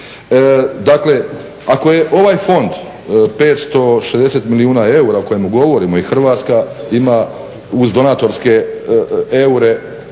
Dakle, ako je ovaj fonda 560 milijuna eura o kojemu govorimo i Hrvatska ima uz donatorske eure